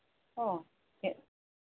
ꯀꯣ